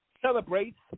celebrates